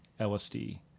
LSD